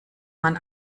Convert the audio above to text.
man